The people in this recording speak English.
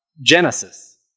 Genesis